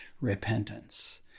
repentance